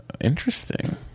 Interesting